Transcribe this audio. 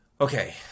Okay